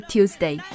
Tuesday